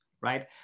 right